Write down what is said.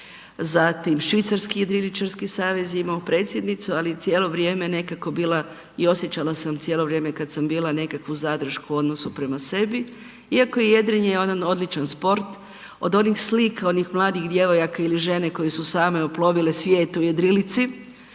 zatim švicarski jedriličarski savez je imao predsjednicu, ali cijelo vrijeme nekako bila i osjećala sam cijelo vrijeme kad sam bila nekakvu zadršku u odnosu prema sebi iako je jedrenje jedan odličan sport, od onih slika, od onih mladih djevojaka ili žene koje su same oplovile svijet u jedrilici